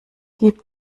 gib